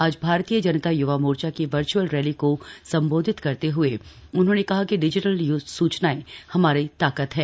आज भारतीय जनता य्वा मोर्चा की virtual rally को संबोधित करते हए उन्होंने कहा कि डिजीटल सूचनाएं हमारी ताकत हैं